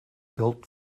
built